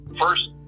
first